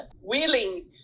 willing